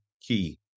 key